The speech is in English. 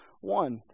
one